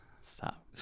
stop